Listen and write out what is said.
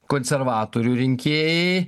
konservatorių rinkėjai